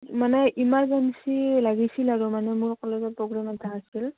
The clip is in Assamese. মানে ইমাৰ্জেঞ্চি লাগিছিল আৰু মানে মোৰ কলেজত প্ৰগ্ৰেম এটা আছিল